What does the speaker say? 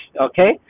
okay